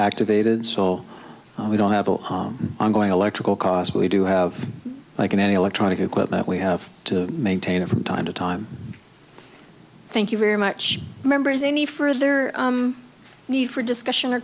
activated so we don't have an ongoing electrical cost but we do have like an electronic equipment we have to maintain it from time to time thank you very much members any further need for discussion or